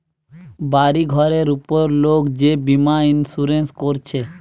বাড়ি ঘরের উপর লোক যে বীমা ইন্সুরেন্স কোরছে